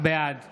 בעד